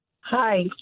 Hi